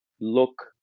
look